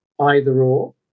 either-or